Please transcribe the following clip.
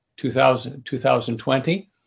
2020